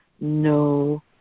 no